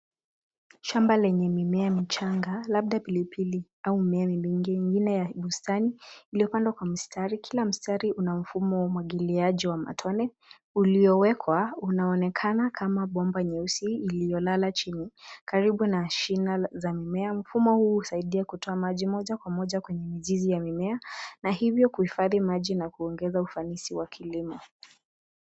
Shamba lenye mimea michanga, labda pilipili au mimea mingine ya bustani, iliyopandwa kwa mstari. Kila mstari una mfumo wa umwagiliaji wa matone uliowekwa, unaonekana kama bomba nyeusi iliyolala chini karibu na shina za mimea. Mfumo huu husaidia kutoa maji moja kwa moja kwenye mizizi ya mimea, na hivyo kuhifadhi maji na kuongeza ufanisi wa kilimo.